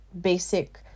basic